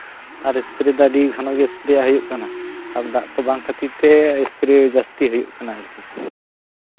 ᱟᱨ spray ᱫᱚ ᱟᱹᱰᱤ ᱜᱷᱚᱱᱚᱜᱮ ᱦᱩᱭᱩᱜ ᱠᱟᱱᱟ ᱟᱨ ᱫᱟᱜ ᱠᱚ ᱵᱟᱝ ᱠᱷᱟᱹᱛᱤᱨᱛᱮ ᱟᱹᱰᱤ ᱡᱟᱹᱥᱛᱤ ᱦᱩᱭᱩᱜ ᱠᱟᱱᱟ ᱟᱨᱠᱤ